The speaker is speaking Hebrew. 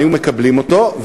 היו מקבלים אותו,